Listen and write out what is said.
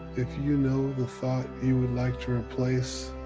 if you know the thought you would like to replace,